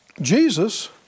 Jesus